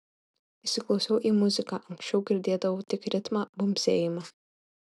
įsiklausiau į muziką anksčiau girdėdavau tik ritmą bumbsėjimą